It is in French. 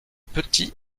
petits